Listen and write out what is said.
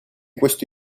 questo